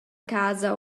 casa